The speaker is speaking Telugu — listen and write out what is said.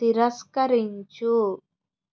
తిరస్కరించు